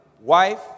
wife